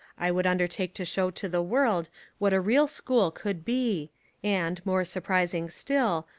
i would undertake to show to the world what a real school could be and, more surprising still,